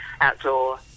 outdoor